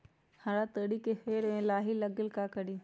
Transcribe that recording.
हमरा तोरी के पेड़ में लाही लग गेल है का करी?